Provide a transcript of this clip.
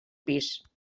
pis